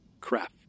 Craft